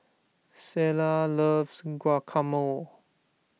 Selah loves Guacamole